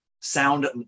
sound